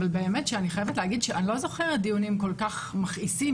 אבל באמת שאני חייבת להגיד שאני לא זוכרת דיונים כל כך מכעיסים,